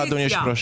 אדוני היושב ראש